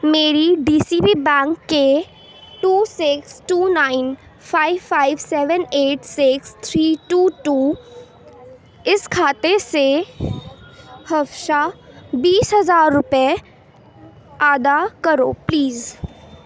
میری D C B bank کے two six two nine five five seven eight six three two two اس کھاتے سے حفصہ بیس ہزار روپئے ادا کرو پلیز